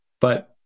but-